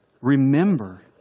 remember